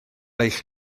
eich